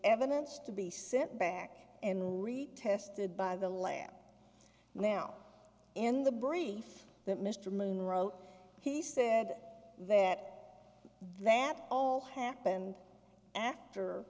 evidence to be sent back and retested by the lab now in the brief that mr moon wrote he said that that all happened after